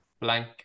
blank